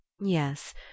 Yes